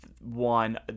one